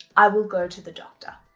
i will go to the doctor.